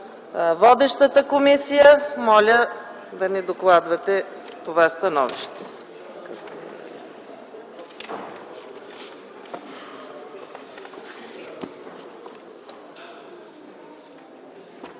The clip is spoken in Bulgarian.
водещата комисия. Моля да ни докладвате това становище.